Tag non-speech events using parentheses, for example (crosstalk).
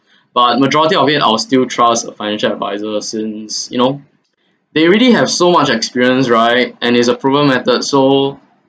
(breath) but majority of it I will still trust a financial adviser since you know (breath) they already have so much experience right and is a proven method so